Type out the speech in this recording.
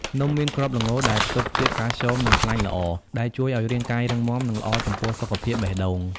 នំមានគ្រាប់ល្ងដែលផ្ទុកជាតិ កាល់ស្យូម និង ខ្លាញ់ល្អ ដែលជួយឲ្យរាងកាយរឹងមាំ និងល្អចំពោះសុខភាពបេះដូង។